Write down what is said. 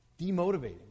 demotivating